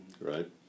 Right